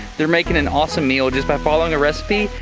they're making an awesome meal, just by following a recipe.